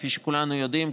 כפי שכולנו יודעים,